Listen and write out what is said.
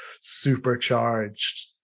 supercharged